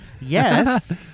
Yes